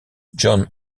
john